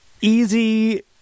easy